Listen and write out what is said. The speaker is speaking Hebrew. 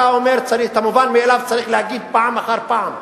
אתה אומר שאת המובן מאליו צריך להגיד פעם אחר פעם,